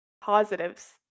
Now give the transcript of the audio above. positives